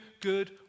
good